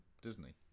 Disney